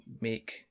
make